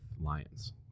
lions